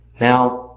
now